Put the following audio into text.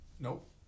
Nope